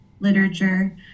literature